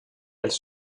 els